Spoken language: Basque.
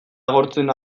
agortzen